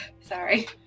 Sorry